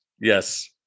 Yes